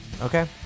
Okay